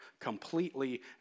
completely